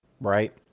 right